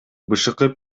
бшк